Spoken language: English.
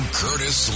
curtis